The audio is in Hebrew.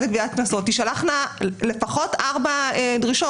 לגביית קנסות תשלחנה לפחות ארבע דרישות.